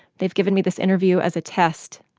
they've given me this interview as a test,